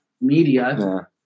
media